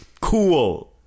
Cool